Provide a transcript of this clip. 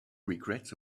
regrets